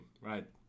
right